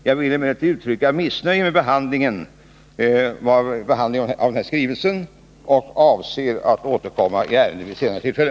Jag vill emellertid uttrycka missnöje med behandlingen av den aktuella skrivelsen och avser återkomma i detta ärende vid ett senare tillfälle.